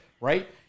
right